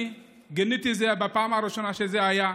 אני גיניתי את זה בפעם הראשונה כשזה היה.